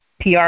PR